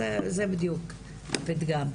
אז זה בדיוק הפתגם.